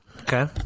Okay